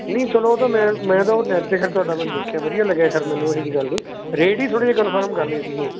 ਨਹੀਂ ਚਲੋ ਉਹ ਤਾਂ ਮੈ ਮੈਂ ਤਾਂ ਉਹ ਨੈੱਟ 'ਤੇ ਫਿਰ ਤੁਹਾਡਾ ਮੈਂ ਦੇਖਿਆ ਵਧੀਆ ਲੱਗਿਆ ਖੈਰ ਮੈਨੂੰ ਓਹੀ ਜਿਹੀ ਗੱਲ ਨਹੀਂ ਰੇਟ ਹੀ ਥੋੜ੍ਹੇ ਜਿਹੇ ਕੰਫਰਮ ਕਰਨੇ ਸੀਗੇ